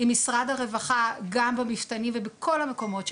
עם משרד הרווחה גם במפתנים ובכל המסגרות שלהם.